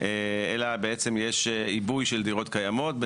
אלא יש עיבוי של דירות קיימות.